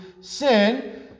sin